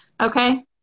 Okay